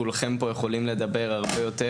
כולכם יכולים לדבר הרבה יותר,